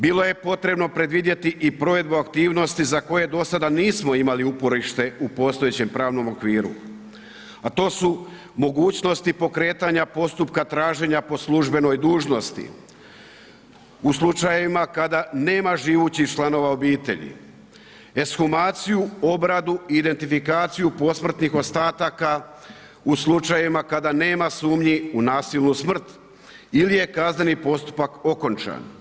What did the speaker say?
Bilo je potrebno predvidjeti i provedbu aktivnosti za koje dosada nismo imali uporište u postojećem pravnom okviru, a to su mogućnosti pokretanja postupka traženja po službenoj dužnosti u slučajevima kada nema živućih članova obitelji, ekshumaciju, obradu i identifikaciju posmrtnih ostataka u slučajevima kada nema sumnji u nasilnu smrt ili je kazneni postupak okončan.